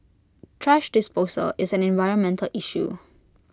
thrash disposal is an environmental issue